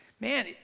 Man